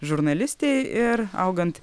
žurnalistei ir augant